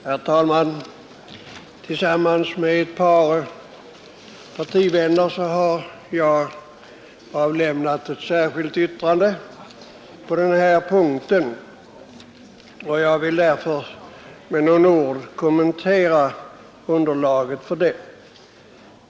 Herr talman! Tillsammans med ett par partivänner har jag i detta ärende avgivit ett särskilt yttrande, och jag vill med några ord kommentera detta.